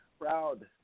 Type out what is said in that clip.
proud